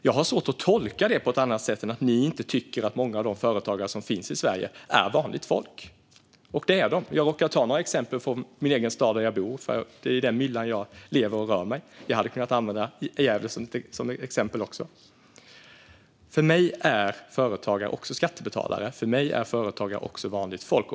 Jag har svårt att tolka det på något annat sätt än att ni inte tycker att många av de företagare som finns i Sverige är vanligt folk, men det är de. Jag råkade ta några exempel från min egen stad där jag bor, för det är i den myllan jag lever och rör mig. Jag hade också kunnat använda Gävle som exempel. För mig är företagare också skattebetalare. För mig är företagare också vanligt folk.